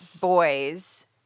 boys